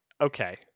okay